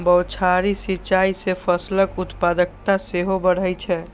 बौछारी सिंचाइ सं फसलक उत्पादकता सेहो बढ़ै छै